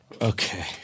Okay